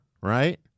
Right